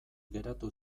geratu